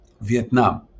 Vietnam